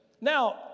Now